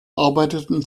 arbeiteten